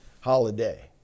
holiday